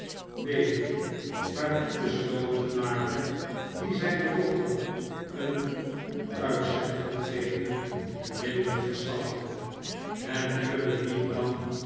weder waartoe de slotenmaker die zijne dochter een goed uitzet kon geven de middelen verschafte het duurde niet lang